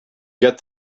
get